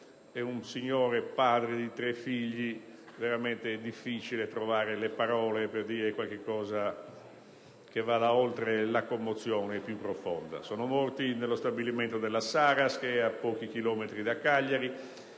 e un signore, padre di tre figli, è veramente difficile trovare le parole per dire qualcosa che vada oltre la commozione più profonda. Sono morti nello stabilimento della Saras, a pochi chilometri da Cagliari,